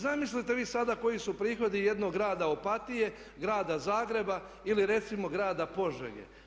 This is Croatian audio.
Zamislite vi sada koji su prihodi jednog grada Opatije, grada Zagreba ili recimo grada Požege.